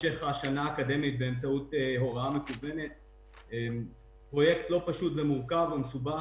האקדמית באמצעות הוראה מקוונת - פרויקט לא פשוט ומסובך